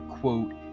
quote